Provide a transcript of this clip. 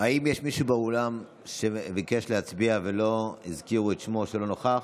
האם יש מישהו באולם שביקש להצביע ולא הזכירו את שמו או שלא נכח?